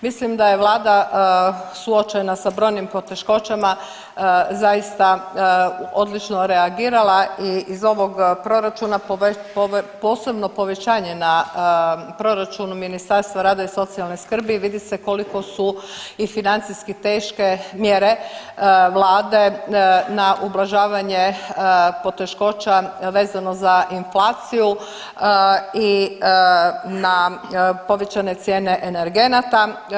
Mislim da je Vlada suočena sa brojnim poteškoćama zaista odlično reagirala i ovog proračuna posebno povećanje na proračun Ministarstva rada i socijalne skrbi vidi se koliko su i financijski teške mjere vlade na ublažavanje poteškoća vezano za inflaciju i na povećane cijene energenata.